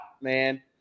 man